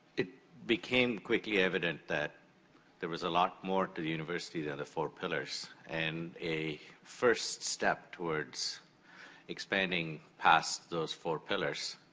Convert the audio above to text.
it became quickly evident that there was a lot more to the university than the four pillars. and a first step towards expanding past those four pillars,